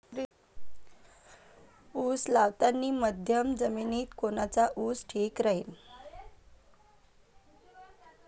उस लावतानी मध्यम जमिनीत कोनचा ऊस ठीक राहीन?